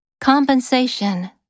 Compensation